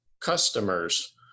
customers